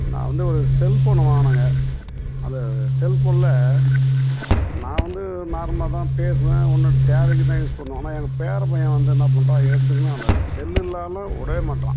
நான் வந்து ஒரு செல்ஃபோனை வாங்கினேங்க அந்த செல்ஃபோனில் நான் வந்து நார்மலாக தான் பேசுவேன் என்னோடய தேவைக்குத் தான் யூஸ் பண்ணுவேன் ஆனால் எங்கள் பேர பையன் வந்து என்ன பண்ணுறான் எடுத்துக்கின்னு அந்த செல் இல்லாமல் விடவே மாட்டேறான்